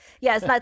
yes